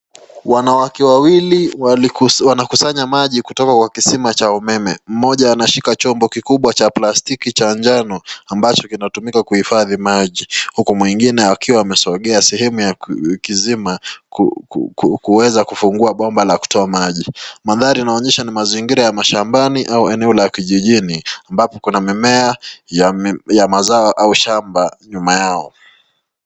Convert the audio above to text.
Wanawake wawili wanakusanya maji kutoka kwa kisima cha umeme. Mmoja amashika chombo kikubwa cha plastiki cha njano ambacho kinatumika kuhifadhi maji huku mwingine akiwa amesogea sehemu ya kisima kuweza kufungua bomba la kutoa maji. Mandhari inaonyesha ni mazingira ya mashambani au eneo la kijijini ambapo kuna mimea ya mazao au shamba nyuma yao.